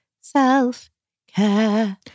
Self-Care